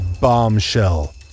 bombshell